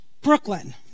Brooklyn